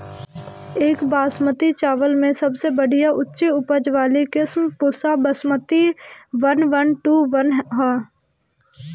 एक बासमती चावल में सबसे बढ़िया उच्च उपज वाली किस्म Pusa Basmati one one two one ह?